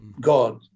God